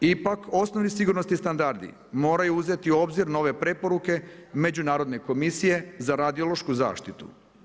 Ipak osnovni sigurnosni standardi moraju uzeti u obzir nove preporuke Međunarodne komisije za radiološku zaštitu.